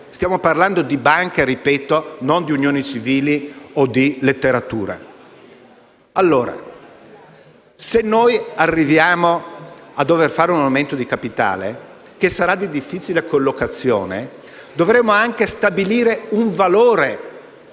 Stiamo parlando di banche - ripeto - e non di unioni civili o di letteratura. Se noi arriviamo a dover fare un aumento di capitale che sarà di difficile collocazione, dovremmo anche stabilire un valore